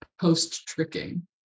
post-tricking